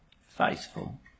faithful